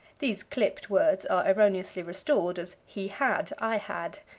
these clipped words are erroneously restored as he had, i had.